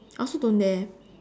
I also don't dare